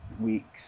weeks